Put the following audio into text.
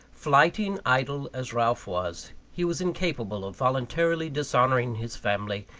flighty and idle as ralph was, he was incapable of voluntarily dishonouring his family,